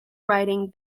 writing